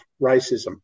racism